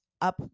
up